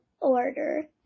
order